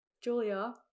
julia